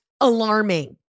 alarming